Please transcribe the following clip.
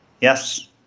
Yes